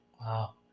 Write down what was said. Wow